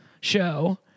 show